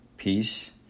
Peace